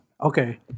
Okay